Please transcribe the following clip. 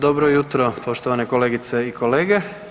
Dobro jutro poštovane kolegice i kolege.